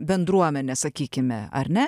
bendruomenė sakykime ar ne